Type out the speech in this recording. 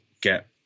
get